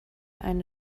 eine